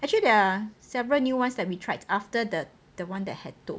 actually there are several new ones that we tried after the the one that had toh